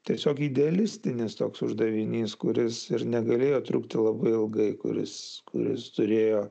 tiesiog idealistinis toks uždavinys kuris ir negalėjo trukti labai ilgai kuris kuris turėjo